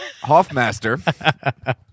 Hoffmaster